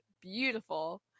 beautiful